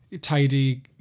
tidy